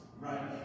right